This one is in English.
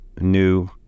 new